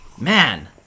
man